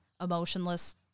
emotionless